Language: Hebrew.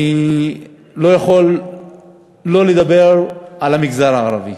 אני לא יכול שלא לדבר על המגזר הערבי.